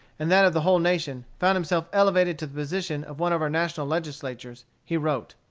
and that of the whole nation, found himself elevated to the position of one of our national legislators, he wrote